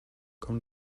komm